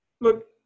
look